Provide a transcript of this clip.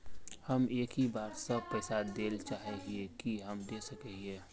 हम एक ही बार सब पैसा देल चाहे हिये की हम दे सके हीये?